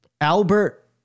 Albert